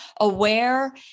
aware